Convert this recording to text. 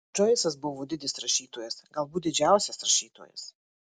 džoisas buvo didis rašytojas galbūt didžiausias rašytojas